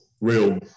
real